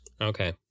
Okay